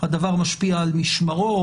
הדבר משפיע על משמרות,